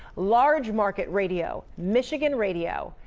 large market radio michigan radio,